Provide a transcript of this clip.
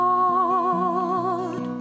God